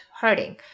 hurting